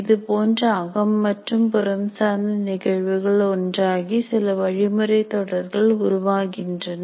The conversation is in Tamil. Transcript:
இது போன்ற அகம் மற்றும் புறம் சார்ந்த நிகழ்வுகள் ஒன்றாகி சில வழிமுறை தொடர்கள் உருவாகின்றன